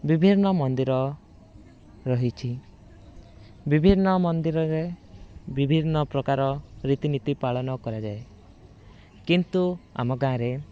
ବିଭିନ୍ନ ମନ୍ଦିର ରହିଛି ବିଭିନ୍ନ ମନ୍ଦିରରେ ବିଭିନ୍ନ ପ୍ରକାର ରୀତି ନୀତି ପାଳନ କରାଯାଏ କିନ୍ତୁ ଆମ ଗାଁରେ